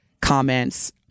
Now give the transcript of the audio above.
comments